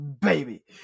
baby